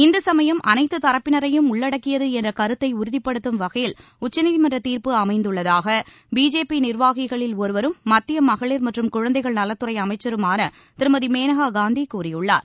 இந்து சமயம் அனைத்துத்தரப்பினரையும் உள்ளடக்கியது என்ற கருத்தை உறுதிபடுத்தும் வகையில் உச்சநீதிமன்ற தீர்ப்பு அமைந்துள்ளதாக பிஜேபி நிர்வாகிகளில் ஒருவரும் மத்திய மகளிர் மற்றும் குழந்தைகள் நலத்துறை அமைச்சருமான திருமதி மேனகா காந்தி கூறியுள்ளார்